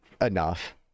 enough